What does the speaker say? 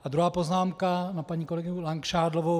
A druhá poznámka na paní kolegyni Langšádlovou.